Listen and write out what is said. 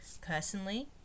personally